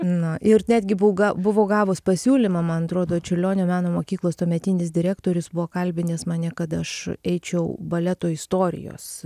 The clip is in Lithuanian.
na ir netgi būga buvau ga gavus pasiūlymą man atrodo čiurlionio meno mokyklos tuometinis direktorius buvo kalbinęs mane kad aš eičiau baleto istorijos